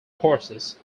courses